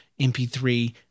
MP3